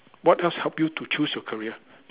what else help you to choose your career